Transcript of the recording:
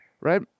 Right